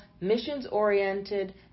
missions-oriented